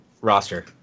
roster